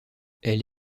elle